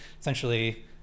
essentially